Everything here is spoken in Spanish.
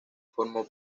formó